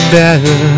better